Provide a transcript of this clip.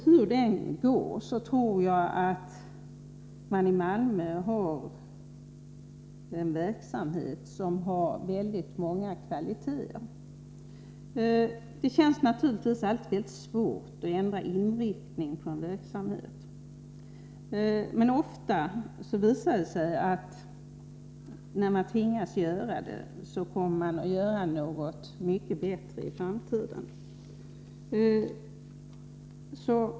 Hur det än går tror jag att Malmö har en verksamhet med många stora kvaliteter. Det känns naturligtvis alltid svårt att ändra inriktning på en verksamhet. Men ofta visar det sig att när man tvingas göra det, kommer man att åstadkomma något mycket bättre i framtiden.